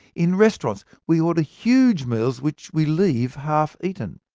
in restaurants we order huge meals, which we leave half eaten.